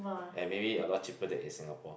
and maybe a lot cheaper than in Singapore